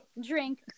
drink